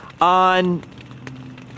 On